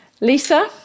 Lisa